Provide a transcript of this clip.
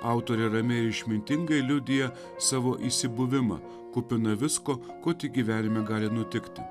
autorė ramiai ir išmintingai liudija savo įsibuvimą kupiną visko ko tik gyvenime gali nutikti